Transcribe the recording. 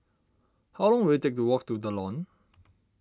how long will it take to walk to the Lawn